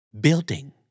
Building